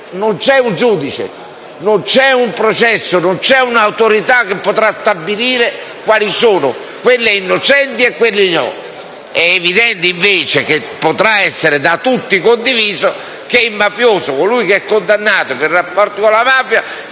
non c'è un giudice, non c'è un processo, non c'è un'autorità che potrà stabilire quali sono le vittime innocenti e quali no. È evidente, invece, che potrà essere da tutti condiviso che il mafioso, ossia colui che è condannato per rapporti con la mafia